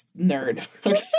nerd